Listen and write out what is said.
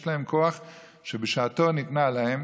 יש להם כוח שבשעתו ניתן להם,